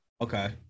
Okay